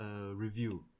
review